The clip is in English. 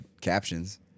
captions